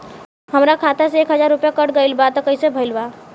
हमार खाता से एक हजार रुपया कट गेल बा त कइसे भेल बा?